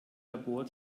labor